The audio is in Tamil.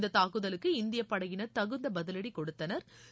இந்த தாக்குதலுக்கு இந்திய படையினா் தகுந்த பதிவடி கொடுத்தனா்